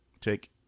Take